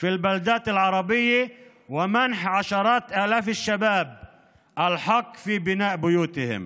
ביישובים הערביים ולתת לעשרות אלפי צעירים זכות לבנות את בתיהם,